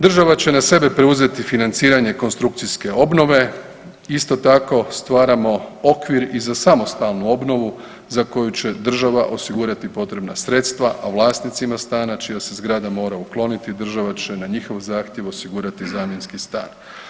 Država će na sebe preuzeti financiranje konstrukcijske obnove, isto tako stvaramo okvir i za samostalnu obnovu za koju će država osigurati potrebna sredstva a vlasnicima stana čija se zgrada mora ukloniti, država će na njihov zahtjev osigurati zamjenski stan.